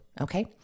Okay